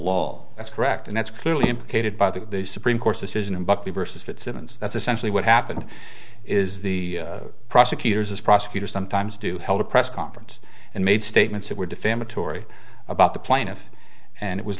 law that's correct and that's clearly implicated by the supreme court's decision in buckley versus that since that's essentially what happened is the prosecutors as prosecutor sometimes do held a press conference and made statements that were defamatory about the plaintiff and it was